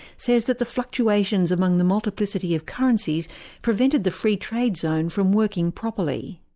says that the fluctuations among the multiplicity of currencies prevented the free trade zone from working properly.